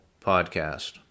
Podcast